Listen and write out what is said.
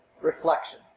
reflection